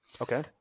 Okay